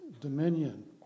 dominion